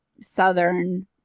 Southern